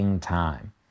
time